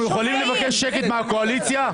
אנחנו יכולים לבקש שקט מהקואליציה?